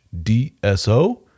DSO